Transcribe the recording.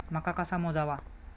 मका कसा मोजावा?